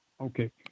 Okay